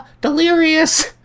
delirious